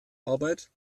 arbeit